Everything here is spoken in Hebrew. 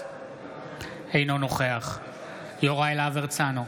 אינו נוכח יוראי להב הרצנו,